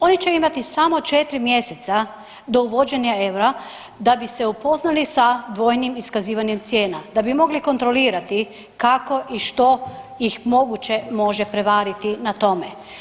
Oni će imati samo 4 mjeseca do uvođenja eura da bi se upoznali sa dvojnim iskazivanjem cijena, da bi mogli kontrolirati kakao i što ih moguće može prevariti na tome.